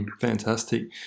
Fantastic